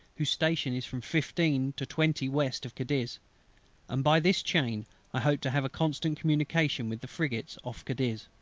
whose station is from fifteen to twenty west of cadiz and by this chain i hope to have a constant communication with the frigates off cadiz.